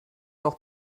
doch